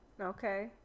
okay